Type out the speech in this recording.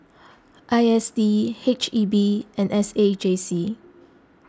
I S D H E B and S A J C